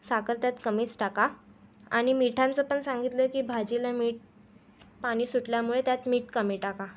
साखर त्यात कमीच टाका आणि मिठांचं पण सांगितलं आहे की भाजीला मीठ पाणी सुटल्यामुळे त्यात मीठ कमी टाका